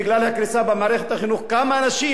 חבר הכנסת